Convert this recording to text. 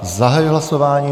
Zahajuji hlasování.